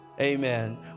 Amen